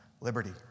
liberty